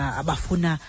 abafuna